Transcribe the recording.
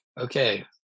okay